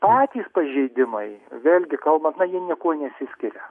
patys pažeidimai vėlgi kalbant na ji niekuo nesiskiria